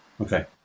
Okay